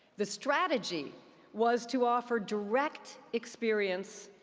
the strategy was to offer direct experience,